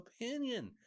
opinion